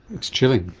it's chilling.